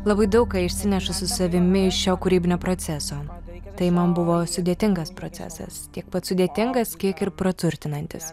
labai daug ką išsineša su savimi iš šio kūrybinio proceso tai man buvo sudėtingas procesas tiek pats sudėtingas kiek ir praturtinantis